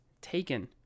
taken